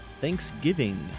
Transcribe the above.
Thanksgiving